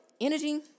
energy